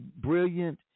brilliant